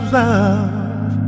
love